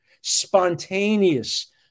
spontaneous